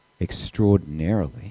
extraordinarily